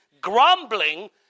grumbling